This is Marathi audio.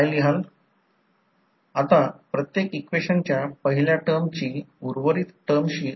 हा बाण याचा अर्थ इन्स्टंटटेनिअस पोलारिटी हे आणि हे आहे आणि हे टर्न N1 आहे टर्न N2 आहे